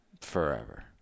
forever